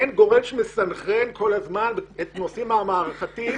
אין גורם שמסנכרן כל הזמן את הנושאים המערכתיים.